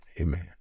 Amen